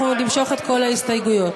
נמשוך את כל ההסתייגויות.